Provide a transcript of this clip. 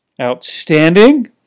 Outstanding